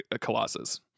Colossus